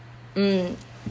mm